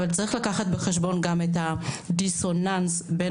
אבל צריך לקחת בחשבון גם את הדיסוננס בין